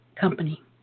company